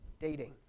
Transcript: Dating